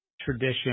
tradition